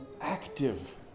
active